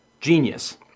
genius